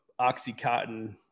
Oxycontin